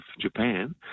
Japan